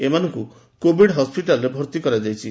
ସେମାନଙ୍କୁ କୋଭିଡ୍ ହସ୍ଚିଟାଲ୍ରେ ଭର୍ଭି କରାଯାଇଛି